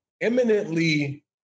eminently